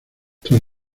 tras